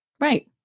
Right